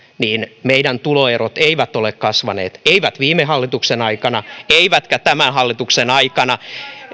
meidän tuloeromme eivät ole kasvaneet eivät viime hallituksen aikana eivätkä tämän hallituksen aikana